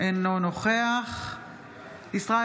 אינו נוכח גדי איזנקוט, אינו נוכח ישראל